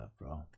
bro